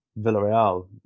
villarreal